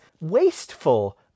wasteful